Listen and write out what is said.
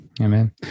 Amen